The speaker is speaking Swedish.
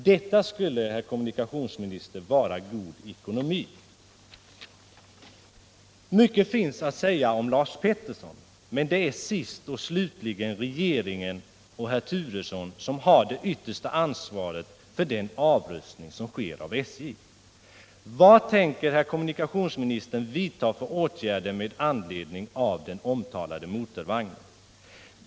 Detta skulle, herr kommunikationsminister, vara god ekonomi. Mycket finns att säga om Lars Peterson. Men det är sist och slutligen regeringen och herr Turesson som har det yttersta ansvaret för den avrustning av SJ som sker. Vad tänker herr kommunikationsministern vidta för åtgärder med anledning av att man beställt den omtalade motorvagnen?